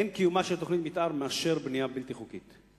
אין קיומה של תוכנית מיתאר מאשר בנייה בלתי חוקית,